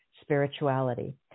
spirituality